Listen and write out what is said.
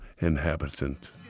inhabitant